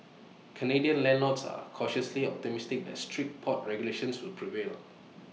Canadian landlords are cautiously optimistic that strict pot regulations will prevail